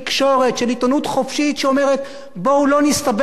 שאומרת: בואו לא נסתבך עם הממשלה כי בעוד שבועיים